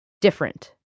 different